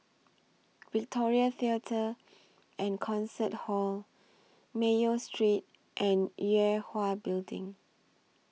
Victoria Theatre and Concert Hall Mayo Street and Yue Hwa Building